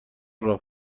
راه